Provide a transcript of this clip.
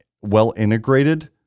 well-integrated